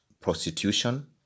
prostitution